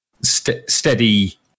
steady